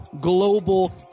global